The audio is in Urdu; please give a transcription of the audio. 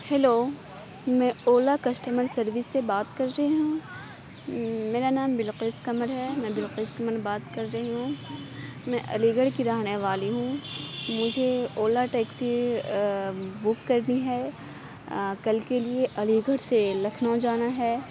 ہیلو میں اولا کسٹمر سروس سے بات کر رہی ہوں میرا نام بلقیس قمر ہے میں بلقیس قمر بات کر رہی ہوں میں علی گڑھ کی رہنے والی ہوں مجھے اولا ٹیکسی بک کرنی ہے کل کے لیے علی گڑھ سے لکھنؤ جانا ہے